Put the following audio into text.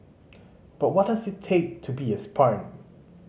but what does it take to be a spartan